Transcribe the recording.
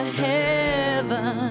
heaven